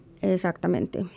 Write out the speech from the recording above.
Exactamente